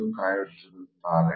ಎಂದು ಕಾಯುತ್ತಿರುತ್ತಾರೆ